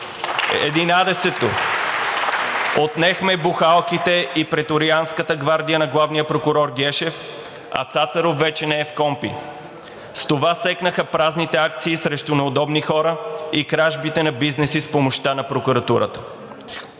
Единадесето, отнехме бухалките и преторианската гвардия на главния прокурор Гешев, а Цацаров вече не е в КПКОНПИ. С това секнаха празните акции срещу неудобни хора и кражбите на бизнеси с помощта на прокуратурата.